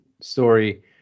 story